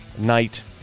night